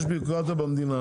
יש בירוקרטיה במדינה,